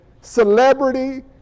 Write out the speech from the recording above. celebrity